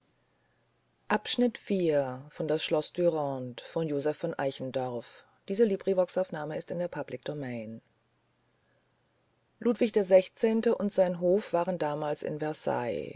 ludwig xvi und sein hof waren damals in versailles